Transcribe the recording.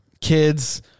kids